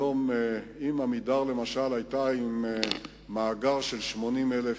אם ל"עמידר", למשל, היה מאגר של 80,000